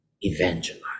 evangelize